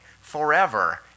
forever